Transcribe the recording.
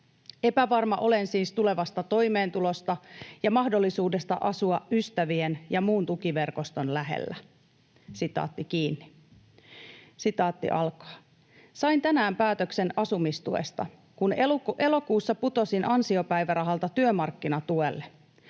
Epävarma olen siis tulevasta toimeentulosta ja mahdollisuudesta asua ystävien ja muun tukiverkoston lähellä.” ”Sain tänään päätöksen asumistuesta, kun elokuussa putosin ansiopäivärahalta työmarkkinatuelle.